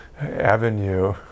avenue